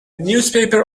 newspaper